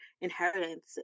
inheritance